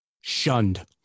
Shunned